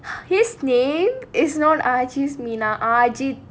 his name is known